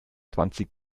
zwanzig